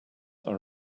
are